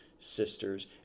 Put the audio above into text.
sisters